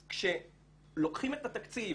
כשלוקחים את התקציב